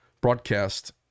broadcast